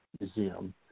Museum